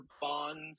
Bonds